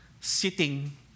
sitting